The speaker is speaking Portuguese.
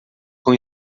com